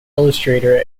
illustrator